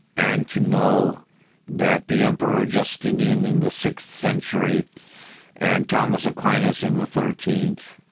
and to know that the emperor justinian in the sixth century and thomas aquinas in the thirteenth,